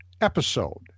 episode